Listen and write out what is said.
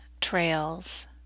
trails